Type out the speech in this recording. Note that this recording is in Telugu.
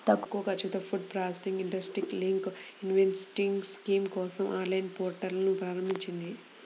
తక్కువ ఖర్చుతో ఫుడ్ ప్రాసెసింగ్ ఇండస్ట్రీకి లింక్డ్ ఇన్సెంటివ్ స్కీమ్ కోసం ఆన్లైన్ పోర్టల్ను ప్రారంభించింది